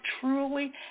truly